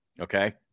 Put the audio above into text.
Okay